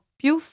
più